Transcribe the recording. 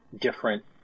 different